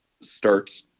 start